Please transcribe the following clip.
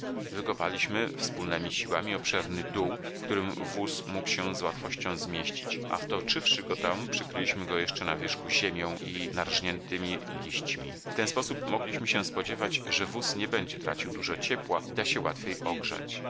wykopaliśmy wspólnemi siłami obszerny dół w którym wóz mógł się z łatwością zmieścić a wtoczywszy go tam przykryliśmy go jeszcze na wierzch ziemią i narzniętymi liśćmi w ten sposób mogliśmy się spodziewać że wóz nie będzie tracił dużo ciepła i da się łatwiej ogrzać